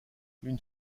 une